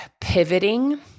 pivoting